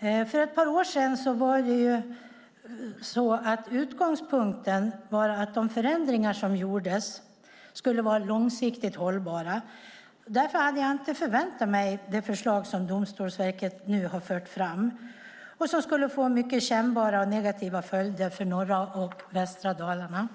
För ett par år sedan var utgångspunkten att de förändringar som gjordes skulle vara långsiktigt hållbara. Därför hade jag inte förväntat mig det förslag som Domstolsverket nu har fört fram och som skulle få mycket kännbara negativa följder för norra och västra Dalarna.